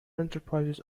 enterprises